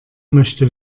möchte